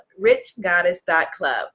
richgoddess.club